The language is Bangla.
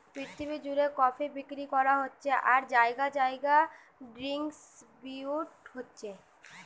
পৃথিবী জুড়ে কফি বিক্রি করা হচ্ছে আর জাগায় জাগায় ডিস্ট্রিবিউট হচ্ছে